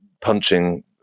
punching